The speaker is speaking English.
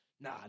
nah